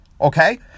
Okay